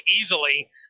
easily